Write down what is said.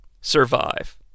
survive